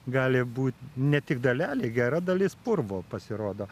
gali būti ne tik dalelė gera dalis purvo pasirodo